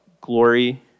Glory